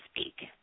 speak